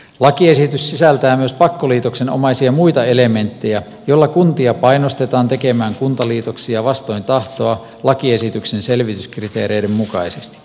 lakiesitys sisältää myös pakkoliitoksenomaisia muita elementtejä joilla kuntia painostetaan tekemään kuntaliitoksia vastoin tahtoaan lakiesityksen selvityskriteereiden mukaisesti